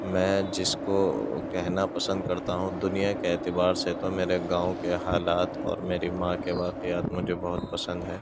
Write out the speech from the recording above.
میں جس کو کہنا پسند کرتا ہوں دنیا كے اعتبار سے تو میرے گاؤں كے حالات اور میری ماں کے واقعات مجھے بہت پسند ہیں